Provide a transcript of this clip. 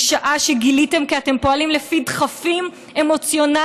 משעה שגיליתם כי אתם פועלים לפי דחפים אמוציונליים